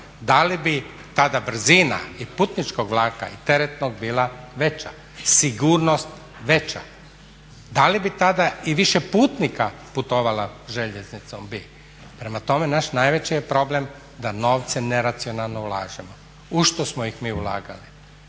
Da li bi tada brzina i putničkog vlaka i teretnog bila veća, sigurnost veća? Da li bi tada i više putnika putovalo željeznicom? Bi. Prema tome, naš najveći je problem da novce neracionalno ulažemo. U što smo ih mi ulagali?